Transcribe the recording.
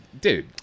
Dude